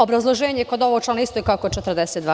Obrazloženje kod ovog člana je isto kao kod člana 42.